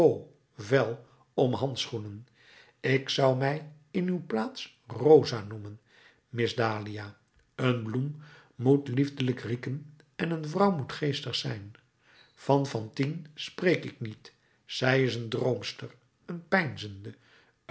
om handschoenen ik zou mij in uw plaats rosa noemen miss dahlia een bloem moet liefelijk rieken en een vrouw moet geestig zijn van fantine spreek ik niet zij is een droomster een